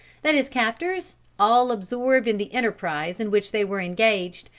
that his captors, all absorbed in the enterprise in which they were engaged,